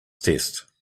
test